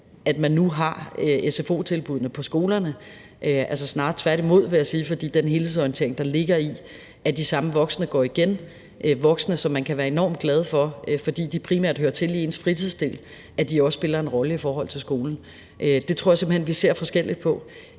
at man nu har sfo-tilbuddene på skolerne – snarere tværtimod, vil jeg sige. For den helhedsorientering, der ligger i, at de samme voksne – voksne, som man kan være enormt glad for, fordi de primært hører til i ens fritidsliv – også spiller en rolle i forhold til skolen. Det tror jeg simpelt hen vi ser forskelligt på,